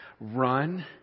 run